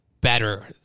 better